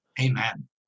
Amen